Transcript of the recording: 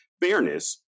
fairness